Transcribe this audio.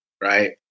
right